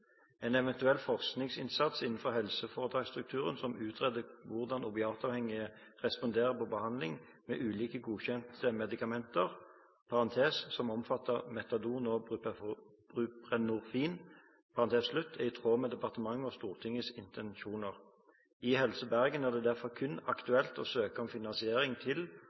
En eventuell forskningsinnsats innenfor helseforetaksstrukturen som utreder hvordan opiatavhengige responderer på behandling med ulike godkjente medikamenter , er i tråd med departementets og Stortingets intensjoner. I Helse Bergen er det derfor kun aktuelt å søke om finansiering til,